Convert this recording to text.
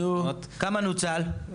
כמה נוצל?